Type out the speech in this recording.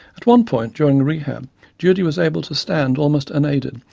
at one point during rehab judy was able to stand, almost unaided,